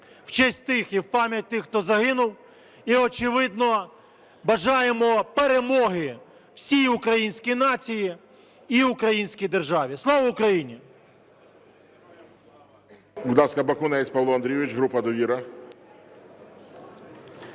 в честь тих і в пам'ять тих, хто загинув і, очевидно, бажаємо перемоги всій українській нації й українській держави. Слава Україні!